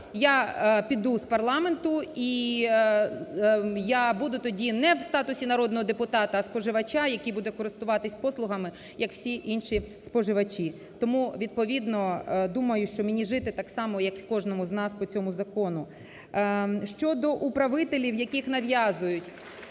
я піду з парламенту і я тоді буду не в статусі народного депутата, а споживача, який буде користуватись послугами, як всі інші споживачі. Тому, відповідно, думаю, що мені жити так само як кожному з нас по цьому закону. Щодо управителів, яких нав'язують.